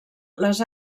les